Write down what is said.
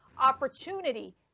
opportunity